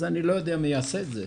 אז אני לא יודע מי יעשה את זה.